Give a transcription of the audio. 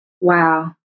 Wow